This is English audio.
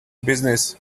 business